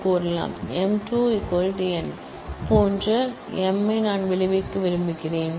M2 n போன்ற m ஐ நான் விளைவிக்க விரும்புகிறேன்